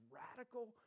radical